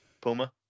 Puma